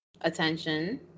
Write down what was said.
attention